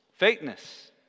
fakeness